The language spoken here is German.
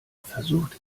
versucht